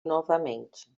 novamente